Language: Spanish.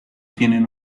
tienen